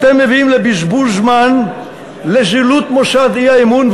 אתם מביאים לבזבוז זמן, לזילות מוסד האי-אמון.